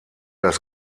das